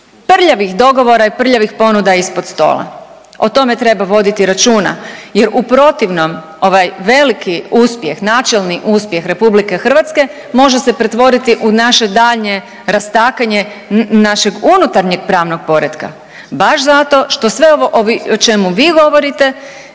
prljavih dogovora i prljavih ponuda ispod stola. O tome treba voditi računa jer u protivnom ovaj veliki uspjeh, načelni uspjeh RH može se pretvoriti u naše daljnje rastakanje našeg unutarnjeg pravnog poretka baš zato što sve ovo o čemu vi govorite